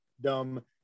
dumb